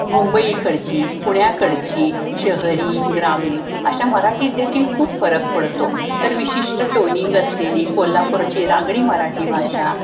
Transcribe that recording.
मुंबईकडची पुण्याकडची शहरी ग्रामीण अशा मराठीत देखील खूप फरक पडतो तर विशिष्ट टोनिंग असलेली कोल्हापुराची रांगडी मराठी भाषा